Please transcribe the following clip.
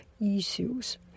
issues